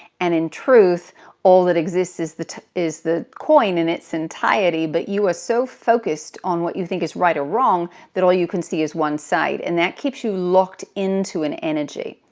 and in truth all that exists is the is the coin in its entirety, but you are so focused on what you think is right or wrong that all you can see is one side, and that keeps you locked into an energy.